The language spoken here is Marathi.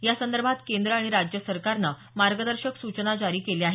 यासंदर्भात केंद्र आणि राज्य सरकारने मार्गदर्शक सूचना जारी केल्या आहेत